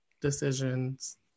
decisions